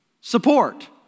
support